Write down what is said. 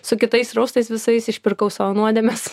su kitais raustais visais išpirkau savo nuodėmes